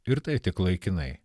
ir tai tik laikinai